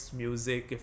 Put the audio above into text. music